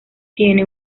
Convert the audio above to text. tiene